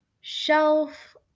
shelf